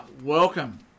Welcome